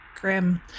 grim